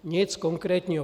Nic konkrétního.